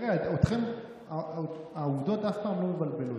תראה, אתכם העובדות אף פעם לא מבלבלות.